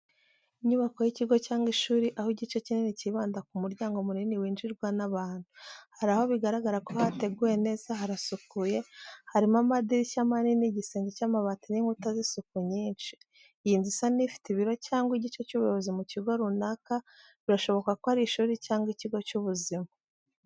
Inyubako y’ikigo cyangwa ishuri aho igice kinini cyibanda ku muryango munini winjirwa n’abantu. Hari aho bigaragara ko hateguwe neza harasukuye, harimo amadirishya manini igisenge cy’amabati n’inkuta z’isuku nyinshi. Iyi nzu isa n’ifite ibiro cyangwa igice cy’ubuyobozi mu kigo runaka birashoboka ko ari ishuri cyangwa ikigo cy’ubuzima.